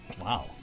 Wow